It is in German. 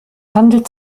handelt